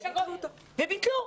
היה תקציב וביטלו.